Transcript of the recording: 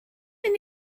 mynd